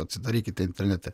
atsidarykite internete